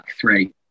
three